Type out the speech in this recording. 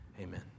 Amen